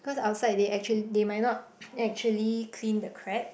cause outside they actual they might not actually clean the crab